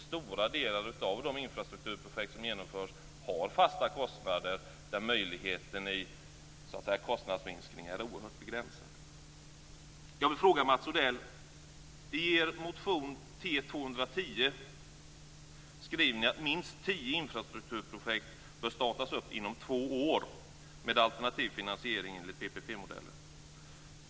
Stora delar av de infrastrukturprojekt som genomförs har fasta kostnader, och möjligheterna till minskningar är där oerhört begränsade.